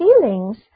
feelings